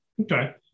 Okay